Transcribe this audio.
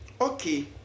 okay